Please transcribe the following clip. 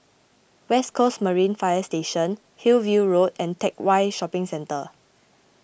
West Coast Marine Fire Station Hillview Road and Teck Whye Shopping Centre